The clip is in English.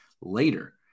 later